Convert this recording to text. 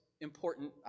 important